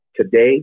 today